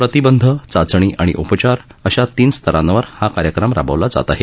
प्रतिबंध चाचणी आणि उपचार अशा तीन स्तरांवर या कार्यक्रम राबवला जात आहे